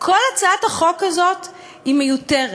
כל הצעת החוק הזאת היא מיותרת.